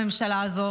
שיש לממשלה הזאת,